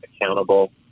accountable